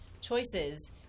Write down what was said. choices